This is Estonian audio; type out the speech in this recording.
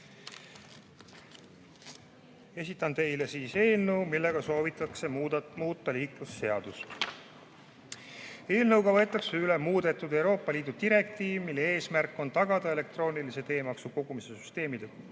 Esitan teile eelnõu, millega soovitakse muuta liiklusseadust. Eelnõuga võetakse üle muudetud Euroopa Liidu direktiiv, mille eesmärk on tagada elektroonilise teemaksu kogumise süsteemide